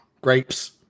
grapes